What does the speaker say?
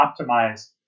optimize